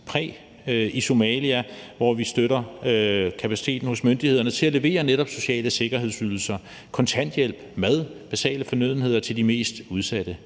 præg. I Somalia støtter vi kapaciteten hos myndighederne til at levere netop sociale sikkerhedsydelser som kontanthjælp, mad og basale fornødenheder til de mest udsatte.